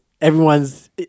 everyone's